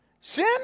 sin